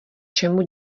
čemu